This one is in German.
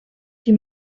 die